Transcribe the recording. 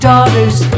Daughters